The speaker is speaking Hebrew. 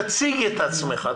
תציג את עצמך,